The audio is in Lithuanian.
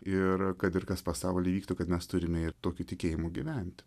ir kad ir kas pasaulyje įvyktų kad mes turime ir tokiu tikėjimu gyventi